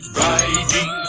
riding